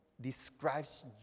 describes